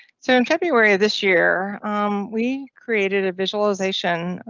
so in february of this year omm we created a visualization